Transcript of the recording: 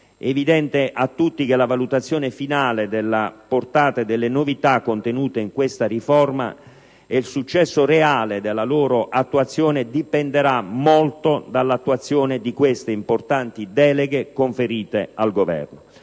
evidente a tutti che la valutazione finale della portata e delle novità contenute in questa riforma e il successo reale della loro attuazione dipenderà molto dall'attuazione di queste importanti deleghe conferite al Governo.